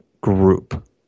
group